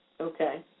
Okay